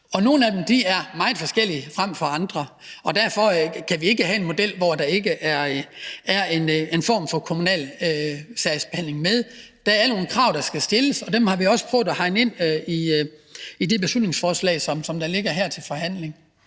nogle af dem. Og de er meget forskellige. Derfor kan vi ikke have en model, hvor der ikke er en form for kommunal sagsbehandling med. Der er nogle krav, der skal stilles, og dem har vi også prøvet at hegne ind i det beslutningsforslag, som der ligger her til forhandling.